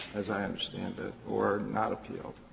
as i understand it, or not appealed,